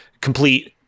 complete